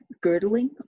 girdling